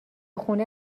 خونه